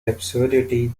absurdity